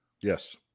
yes